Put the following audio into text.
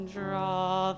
draw